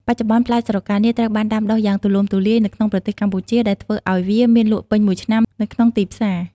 បច្ចុប្បន្ន ផ្លែស្រកានាគត្រូវបានដាំដុះយ៉ាងទូលំទូលាយនៅក្នុងប្រទេសកម្ពុជា ដែលធ្វើឱ្យវាមានលក់ពេញមួយឆ្នាំនៅក្នុងទីផ្សារ។